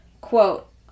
quote